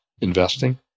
investing